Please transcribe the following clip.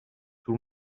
tout